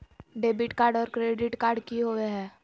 Debit card और credit card की होवे हय?